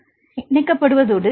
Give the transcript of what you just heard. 1 ஹைட்ரஜனுடன்